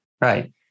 right